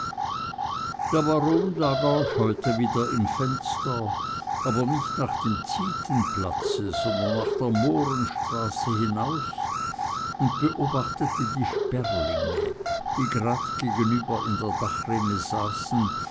der baron lag auch heute wieder im fenster aber nicht nach dem zietenplatze sondern nach der mohrenstraße hinaus und beobachtete die sperlinge die gerad gegenüber in der dachrinne saßen